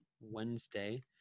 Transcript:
Wednesday